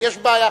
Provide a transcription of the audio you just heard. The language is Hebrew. .